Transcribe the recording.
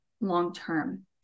long-term